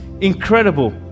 incredible